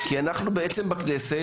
כי אנחנו בעצם בכנסת,